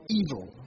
evil